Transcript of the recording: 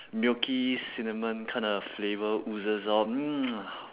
milky cinnamon kinda flavour oozes out